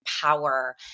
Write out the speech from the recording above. power